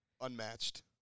Unmatched